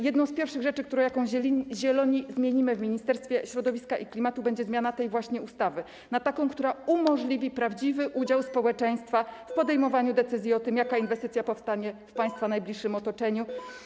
Jedną z pierwszych rzeczy, którą jako Zieloni zmienimy w Ministerstwie Środowiska i Klimatu, będzie zmiana tej właśnie ustawy na taką, która umożliwi prawdziwy udział społeczeństwa w podejmowaniu decyzji o tym, jaka inwestycja powstanie w państwa najbliższym otoczeniu.